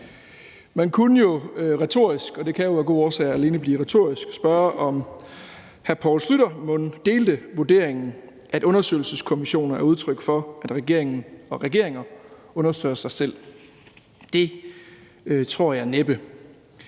alene blive retorisk – om hr. Poul Schlüter mon delte den vurdering, at undersøgelseskommissioner er udtryk for, at regeringer undersøger sig selv. Det tror jeg næppe,